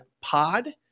pod